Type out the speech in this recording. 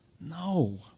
No